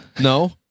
No